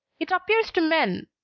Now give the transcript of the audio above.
it appears to men,